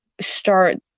start